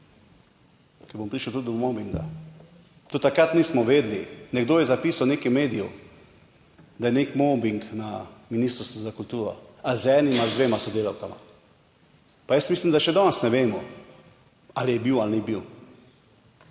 ker bom prišel tudi do mobinga. Do takrat nismo vedeli, nekdo je zapisal nekaj medijev, da je neki mobing na Ministrstvu za kulturo z enima, dvema sodelavkama. Pa jaz mislim, da še danes ne vemo, ali je bil ali ni bil.